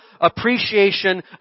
appreciation